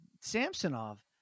samsonov